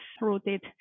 rooted